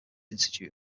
institute